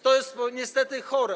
To jest niestety chore.